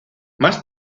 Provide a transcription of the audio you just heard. más